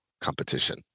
competition